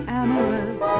amorous